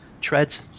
treads